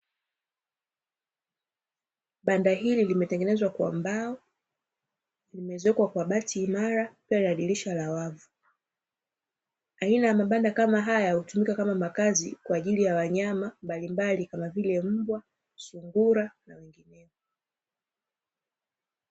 Banda hili limetengenezwa kwa mbao, limeezekwa kwa bati imara, pia lina dirisha la wavu. Aina ya mabanda kama haya hutumika kama makazi kwa ajili ya wanyama mbalimbali kama vile: mbwa, sungura na wengineo.